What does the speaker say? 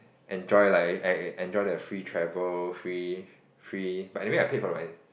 enjoy like I enjoy the free travel free free but anyway I paid for my